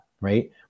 right